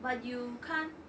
but you can't